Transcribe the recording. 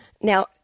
Now